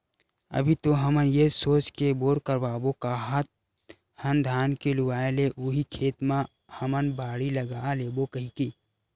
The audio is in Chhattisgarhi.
अभी तो हमन ये सोच के बोर करवाबो काहत हन धान के लुवाय ले उही खेत म हमन बाड़ी लगा लेबो कहिके